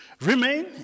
Remain